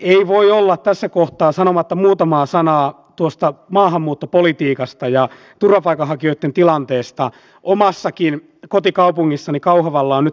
työttömyyden osalta hyvin paljon kuntakentällä kuulee tietenkin marmatusta kela maksuista ja siitä miten ne ovat räjähdysmäisesti nousseet kunnilla